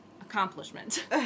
accomplishment